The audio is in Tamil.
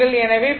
எனவே 42